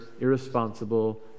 irresponsible